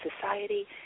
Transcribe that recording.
Society